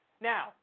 Now